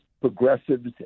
progressives